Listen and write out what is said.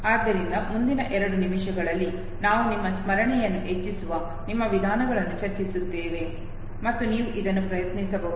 ಆದ್ದರಿಂದ ಮುಂದಿನ ಎರಡು ನಿಮಿಷಗಳಲ್ಲಿ ನಾವು ನಿಮ್ಮ ಸ್ಮರಣೆಯನ್ನು ಹೆಚ್ಚಿಸುವ ನಮ್ಮ ವಿಧಾನಗಳನ್ನು ಚರ್ಚಿಸುತ್ತೇವೆ ಮತ್ತು ನೀವು ಇದನ್ನು ಪ್ರಯತ್ನಿಸಬಹುದು